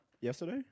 Yesterday